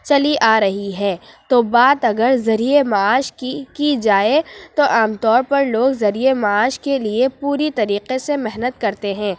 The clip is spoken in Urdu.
چلی آ رہی ہے تو بات اگر ذریعہ معاش کی کی جائے تو عام طور پر لوگ ذریعہ معاش کے لیے پوری طریقے سے محنت کرتے ہیں